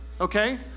okay